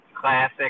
Classic